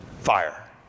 fire